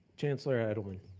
chancellor edelman.